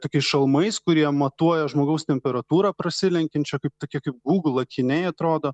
tokiais šalmais kurie matuoja žmogaus temperatūrą prasilenkiančio kaip tokie kaip google akiniai atrodo